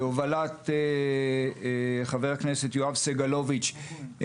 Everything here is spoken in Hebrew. בהובלת חבר הכנסת יואב סגלוביץ׳,